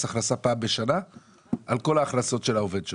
הכנסה על כל ההכנסות של העובד שלו.